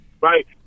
Right